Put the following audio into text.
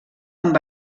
amb